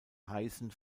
heißen